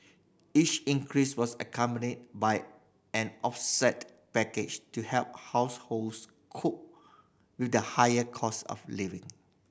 each increase was accompanied by an offset package to help households cope with the higher cost of living